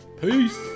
Peace